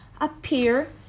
appear